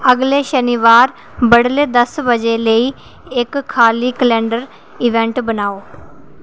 अगले शनिबार बडलै दस्स बजे लेई इक खाल्ली कलैंडर इवेंट बनाओ